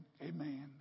Amen